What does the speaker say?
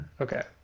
okay